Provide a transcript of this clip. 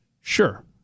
Sure